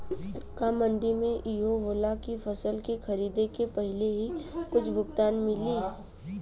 का मंडी में इहो होला की फसल के खरीदे के पहिले ही कुछ भुगतान मिले?